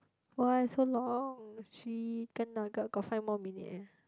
why so long chicken nugget got five more minute eh